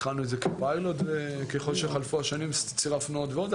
התחלנו את זה כפיילוט וככל שחלפו השנים צירפנו עוד ועוד,